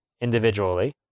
individually